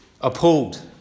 appalled